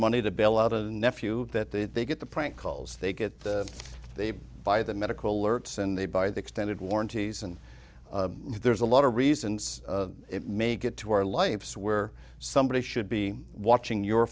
money to bail out of the nephew that they get the prank calls they get the they buy the medical alert sin they buy the extended warranties and there's a lot of reasons it may get to our lives where somebody should be watching your